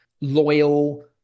loyal